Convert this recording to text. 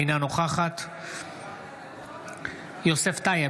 אינה נוכחת יוסף טייב,